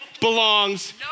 belongs